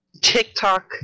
TikTok